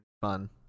fun